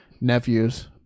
nephews